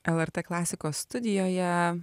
lrt klasikos studijoje